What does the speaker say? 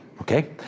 Okay